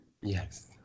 yes